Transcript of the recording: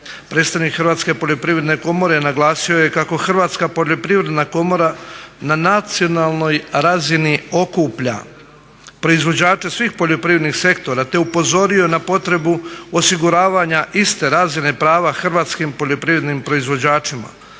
Predstavnik Hrvatske poljoprivredne komore naglasio je kako Hrvatska poljoprivredna komora na nacionalnoj razini okuplja proizvođače svih poljoprivrednih sektora te upozorio na potrebu osiguravanja iste razine prava hrvatskim poljoprivrednim proizvođačima